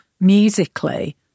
musically